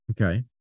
Okay